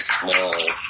small